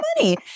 money